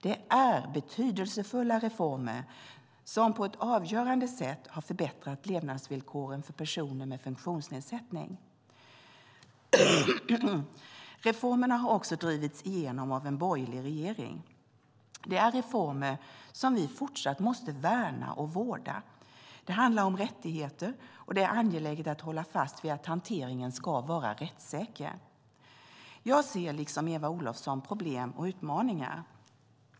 Det är betydelsefulla reformer som på ett avgörande sätt har förbättrat levnadsvillkoren för personer med funktionsnedsättning. Reformerna har också drivits igenom av en borgerlig regering. Det är reformer som vi fortsatt måste värna och vårda. Det handlar om rättigheter, och det är angeläget att hålla fast vid att hanteringen ska vara rättssäker. Jag ser, liksom Eva Olofsson, problem och utmaningar.